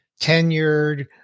tenured